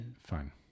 Fine